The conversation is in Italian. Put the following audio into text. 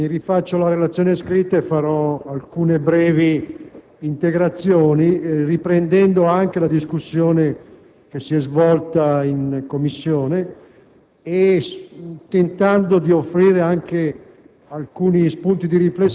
Presidente, mi rifaccio alla relazione scritta e farò alcune brevi integrazioni, riprendendo anche la discussione che si è svolta in Commissione,